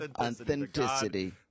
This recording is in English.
Authenticity